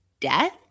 death